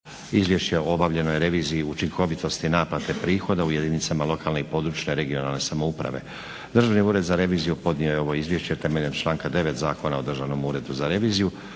Izvješće o obavljenoj reviziji učinkovitosti naplate prihoda u jedinicama lokalne i područne (regionalne) samouprave Državni ured za reviziju podnio je ovo Izvješće temeljem članka 9. Zakona o Državnom uredu za reviziju.